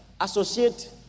associate